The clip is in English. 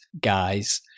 guys